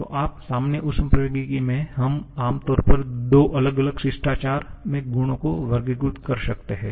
तो सामान्य ऊष्मप्रवैगिकी में हम आम तौर पर दो अलग अलग शिष्टाचार में गुणों को वर्गीकृत कर सकते हैं